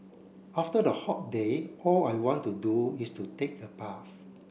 after the hot day all I want to do is to take a bath